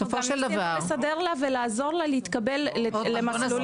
אנחנו גם ניסינו לסדר לה ולעזור לה להתקבל למסלולים.